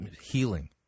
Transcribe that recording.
healing